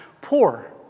poor